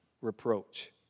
reproach